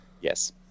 Yes